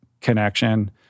connection